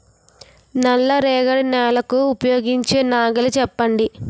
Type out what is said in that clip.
నల్ల రేగడి నెలకు ఉపయోగించే నాగలి చెప్పండి?